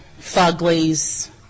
Fuglies